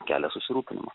kelia susirūpinimą